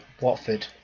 Watford